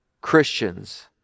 Christians